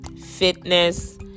fitness